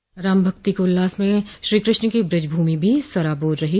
राम भक्ति के उल्लास में श्रीकृष्ण की ब्रज भूमि भी सराबोर रही